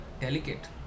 delicate